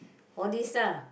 all this ah